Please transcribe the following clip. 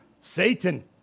Satan